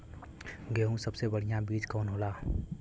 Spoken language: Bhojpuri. गेहूँक सबसे बढ़िया बिज कवन होला?